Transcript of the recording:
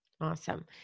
Awesome